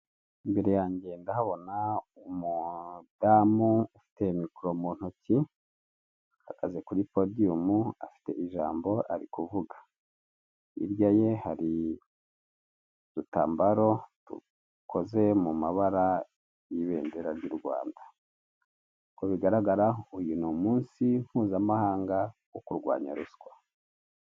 Imbere yange ndahabona umudamu ufite mikoro mu ntoki, ahagaze kuri podiyumu, afite ijambo, ari kuvuga. Hirya ye hari udutambaro dukore mu mabara y'ibendera ry'u Rwanda. Uko bigaragara, uyu ni umunsi mpuzamahanga wo kurwanya ruswa.